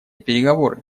переговоры